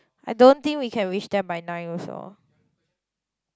I don't think we can reach there by nine also